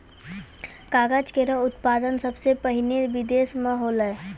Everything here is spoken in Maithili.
कागज केरो उत्पादन सबसें पहिने बिदेस म होलै